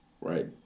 right